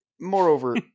moreover